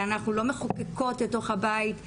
שאנחנו לא מחוקקות לתוך הבית,